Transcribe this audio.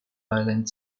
island